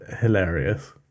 hilarious